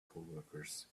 coworkers